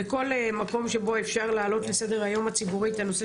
וכל מקום שבו אפשר להעלות לסדר היום הציבורי את הנושא